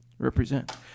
represent